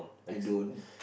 I don't